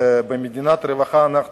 ובמדינת רווחה אנחנו